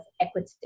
equity